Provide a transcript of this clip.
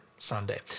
Sunday